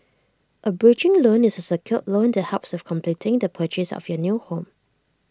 A bridging loan is A secured loan that helps with completing the purchase of your new home